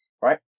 right